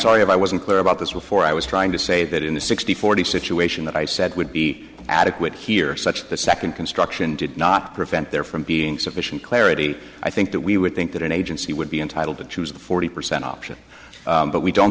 sorry if i wasn't clear about this before i was trying to say that in the sixty forty situation that i said would be adequate here such the second construction did not prevent there from being sufficient clarity i think that we would think that an agency would be entitled to choose the forty percent option but we don't